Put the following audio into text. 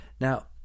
Now